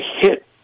hit